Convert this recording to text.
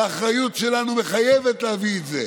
והאחריות שלנו מחייבת להביא את זה.